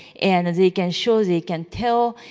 and they can show, they can tell,